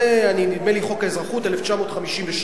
נדמה לי שזה חוק האזרחות 1952,